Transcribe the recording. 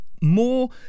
more